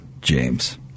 James